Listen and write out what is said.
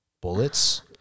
bullets